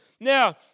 Now